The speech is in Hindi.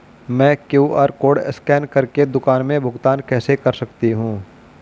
मैं क्यू.आर कॉड स्कैन कर के दुकान में भुगतान कैसे कर सकती हूँ?